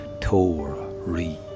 Tori